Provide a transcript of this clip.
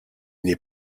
n’est